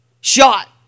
shot